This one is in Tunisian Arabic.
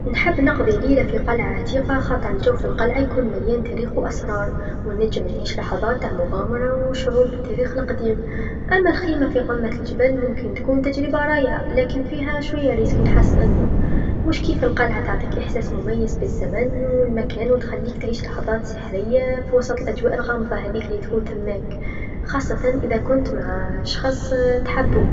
نحب نقضي ليله في قلعه عتيقه خاطر الجو في القلعه يكون مليان تاريخ و أسرار، و نجم نعيش لحظات تع المغامره و الشعور بالتاريخ القديم، أما الخيمه في قمة الجبل يمكن تكون تجربه رايعه، لكن فيها شويا خطر نحس أنو، مش كيف القلعه تعطيك إحساس مميز بالزمن و المكان و تخليك تعيش لحظات سحريه في وسط الأجواء الغامضه هاذيك لتكون تماك خاصة إذا كنت مع شخص تحبو.